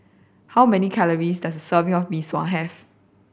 how many calories does a serving of Mee Sua have